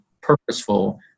purposeful